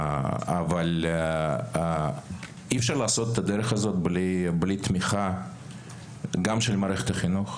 אבל אי-אפשר לעשות את הדרך הזאת בלי תמיכה גם של מערכת החינוך,